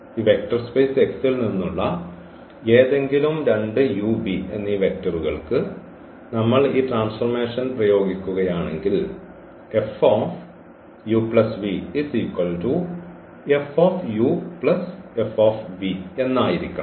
ഈ vector space X ൽ നിന്നുള്ള ഏതെങ്കിലും രണ്ട് u v വെക്റ്ററുകൾക്ക് നമ്മൾ ഈ ട്രാൻസ്ഫോർമേഷൻ പ്രയോഗിക്കുകയാണെങ്കിൽ എന്നായിരിക്കണം